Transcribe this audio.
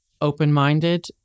open-minded